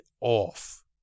off